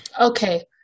okay